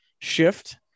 shift